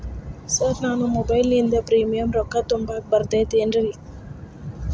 ನಾನು ಮೊಬೈಲಿನಿಂದ್ ಪ್ರೇಮಿಯಂ ರೊಕ್ಕಾ ತುಂಬಾಕ್ ಬರತೈತೇನ್ರೇ?